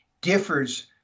differs